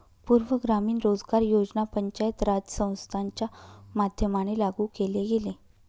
पूर्ण ग्रामीण रोजगार योजना पंचायत राज संस्थांच्या माध्यमाने लागू केले गेले